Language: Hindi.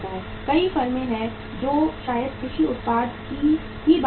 कई फर्में हैं जो शायद कृषि उत्पाद की ही बात करती हैं